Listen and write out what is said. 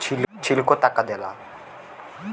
छिलको ताकत देला